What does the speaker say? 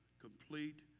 complete